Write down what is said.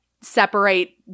separate